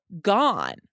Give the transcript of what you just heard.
gone